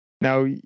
Now